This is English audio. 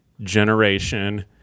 generation